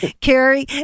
Carrie